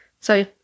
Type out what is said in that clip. So-